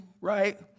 right